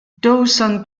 dawson